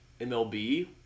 MLB